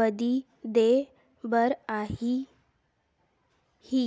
बदी देय बर आही ही